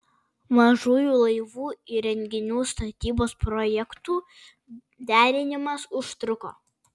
mažųjų laivų įrenginių statybos projektų derinimas užtruko